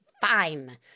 fine